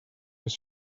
his